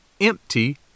empty